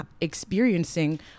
experiencing